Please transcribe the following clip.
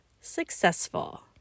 successful